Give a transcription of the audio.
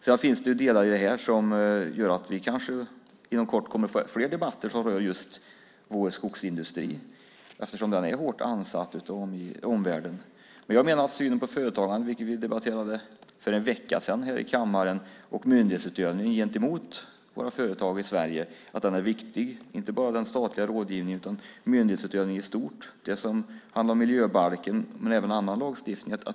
Det finns delar i detta som gör att vi kanske inom kort får flera debatter som rör just vår skogsindustri eftersom den är hårt ansatt från omvärlden. Jag menar att synen på företagande, vilket vi debatterade för en vecka sedan här i kammaren, och myndighetsutövning gentemot företagandet i Sverige är viktig. Det gäller inte bara den statliga rådgivningen utan myndighetsutövningen i stort när det gäller miljöbalken och annan lagstiftning.